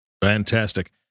Fantastic